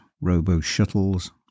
robo-shuttles